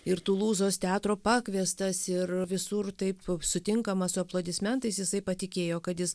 ir tulūzos teatro pakviestas ir visur taip sutinkamas su aplodismentais jisai patikėjo kad jis